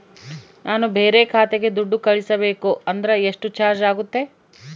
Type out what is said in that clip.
ನಾನು ಬೇರೆ ಖಾತೆಗೆ ದುಡ್ಡು ಕಳಿಸಬೇಕು ಅಂದ್ರ ಎಷ್ಟು ಚಾರ್ಜ್ ಆಗುತ್ತೆ?